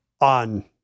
on